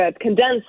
condensed